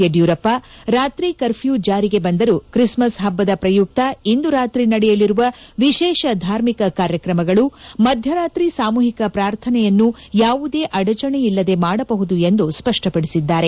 ಯಡಿಯೂರಪ್ಸ ರಾತ್ರಿ ಕರ್ಫ್ನೂ ಜಾರಿಗೆ ಬಂದರೂ ಕ್ರಿಸ್ಮಸ್ ಹಬ್ಬದ ಪ್ರಯುಕ್ತ ಇಂದು ರಾತ್ರಿ ನಡೆಯಲಿರುವ ವಿಶೇಷ ಧಾರ್ಮಿಕ ಕಾರ್ಯಕ್ರಮಗಳು ಮಧ್ಯರಾತ್ರಿ ಸಾಮೂಹಿಕ ಪ್ರಾರ್ಥನೆಯನ್ನು ಯಾವುದೇ ಅಡಚಣೆಯಲ್ಲದೆ ಮಾಡಬಹುದು ಎಂದು ಸ್ಪಷ್ಟಪಡಿಸಿದ್ದಾರೆ